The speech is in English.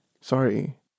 Sorry